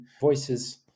voices